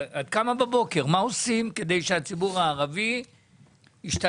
את קמה בבוקר, מה עושים כדי שהציבור הערבי ישתלב?